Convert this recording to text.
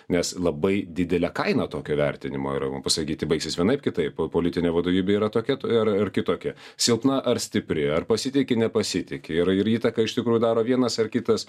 nes labai didelė kaina tokio vertinimo yra pasakyti baigsis vienaip kitaip o politinė vadovybė yra tokia ar kitokia silpna ar stipri ar pasitiki nepasitiki ir ir įtaką iš tikrųjų daro vienas ar kitas